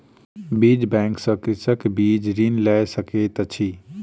बीज बैंक सॅ कृषक बीज ऋण लय सकैत अछि